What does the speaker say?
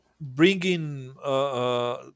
bringing